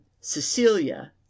Cecilia